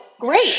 Great